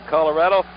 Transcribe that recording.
Colorado